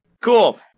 Cool